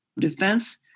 defense